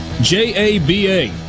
J-A-B-A